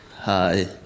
Hi